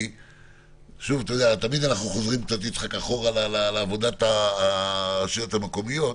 תמיד אנחנו חוזרים קצת אחורה לעבודת הרשויות המקומיות,